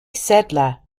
sadler